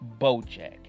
BoJack